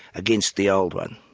against the old one.